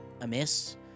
amiss